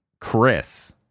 Chris